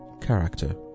character